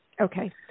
Okay